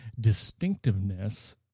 distinctiveness